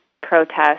protest